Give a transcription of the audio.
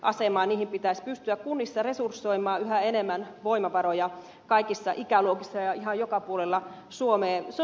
niihin pitäisi pystyä kunnissa resursoimaan yhä enemmän voimavaroja kaikissa ikäluokissa ja ihan joka puolella suomea